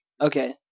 Okay